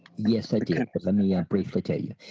yes i did. let me ah briefly tell you.